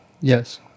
Yes